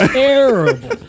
terrible